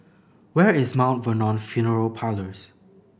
where is Mountain Vernon Funeral Parlours